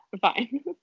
fine